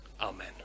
Amen